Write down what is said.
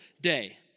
day